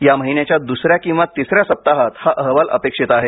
या महिन्याच्या दुसऱ्या किंवा तिसऱ्या सप्ताहात हा अहवाल अपेक्षित आहे